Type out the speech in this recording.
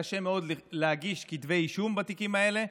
קשה מאוד להגיש כתבי אישום בתיקים האלה,